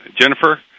Jennifer